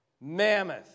Mammoth